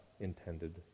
intended